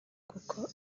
kuko